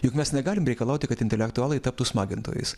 juk mes negalim reikalauti kad intelektualai taptų smagintojais